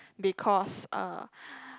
because uh